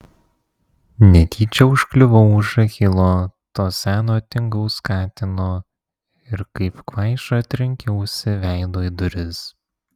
netyčia užkliuvau už achilo to seno tingaus katino ir kaip kvaiša trenkiausi veidu į duris